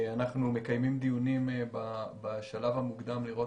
אנחנו מקיימים דיונים בשלב המוקדם לראות